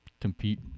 compete